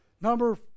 Number